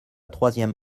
troisième